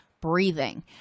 Breathing